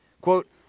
quote